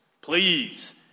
Please